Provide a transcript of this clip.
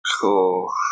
Cool